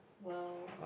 !wow!